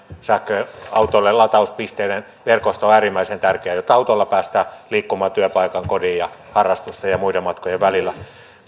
sähköautoille latauspisteiden verkosto on äärimmäisen tärkeä jotta autolla päästään liikkumaan työpaikan kodin harrastusten ja muiden matkakohteiden välillä